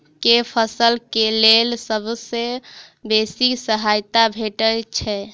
केँ फसल केँ लेल सबसँ बेसी सहायता भेटय छै?